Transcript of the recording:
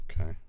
Okay